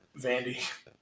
Vandy